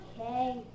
okay